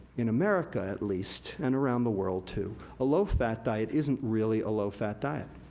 in america at least, and around the world too, a low fat diet isn't really a low fat diet.